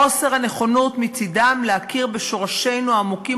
חוסר הנכונות מצדם להכיר בשורשינו העמוקים